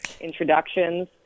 introductions